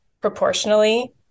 proportionally